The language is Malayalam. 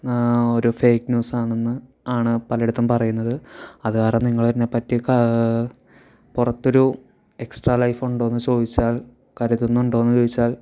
ഓരോ ഫേയ്ക്ക് ന്യൂസാണെന്ന് ആണ് പലയിടത്തും പറയുന്നത് അതു കാരണം നിങ്ങളതിനെ പറ്റിയൊക്കെ പുറത്തൊരു എക്സ്ട്രാ ലൈഫുണ്ടോയെന്നു ചോദിച്ചാൽ കരുതുന്നുണ്ടോയെന്നു ചോദിച്ചാൽ